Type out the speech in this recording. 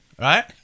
right